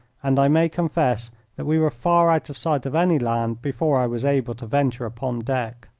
and i may confess that we were far out of sight of any land before i was able to venture upon deck.